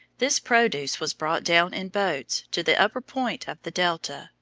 this produce was brought down in boats to the upper point of the delta,